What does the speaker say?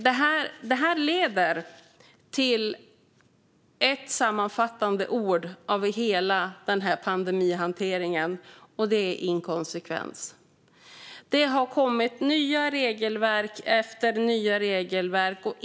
Detta leder till ett sammanfattande ord för hela pandemihanteringen, och det är inkonsekvens. Det har kommit nya regelverk efter nya regelverk.